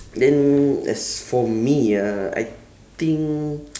then as for me ah I think